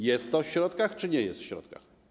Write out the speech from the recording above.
Jest to w środkach czy nie ma tego w środkach?